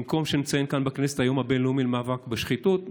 במקום שנציין כאן בכנסת את היום הבין-לאומי למאבק בשחיתות,